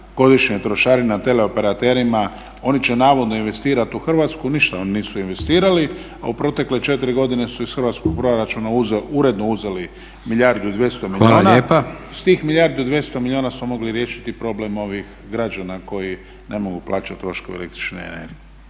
godišnje trošarine teleoparaterima, oni će navodno investirati u Hrvatsku. Ništa oni nisu investirali, a u protekle 4 godine su iz Hrvatskog proračuna uredno uzeli milijardu i 200 milijuna. S tih milijardu i 200 milijuna smo mogli riješiti program ovih građana koji ne mogu plaćati troškove električne energije.